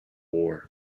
war